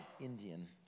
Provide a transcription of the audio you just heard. Indian